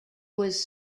was